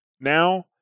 now